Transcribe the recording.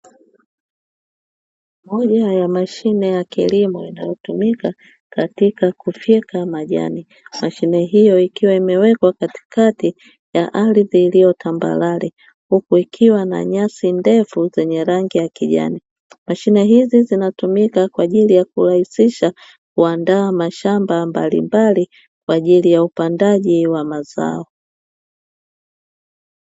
Moja ya mashine ya kilimo inayotumika katika kufyeka majani. Mashine hiyo ikiwa imewekwa katikati ya ardhi iliyo tambarare huku ikiwa na nyasi ndefu zenye rangi ya kijani. Mashine hizi zinatumika kwa ajili ya kurahisisha kuandaa mashamba mbalimbali kwa ajili ya upandaji wa mazao.